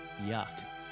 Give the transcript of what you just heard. Yuck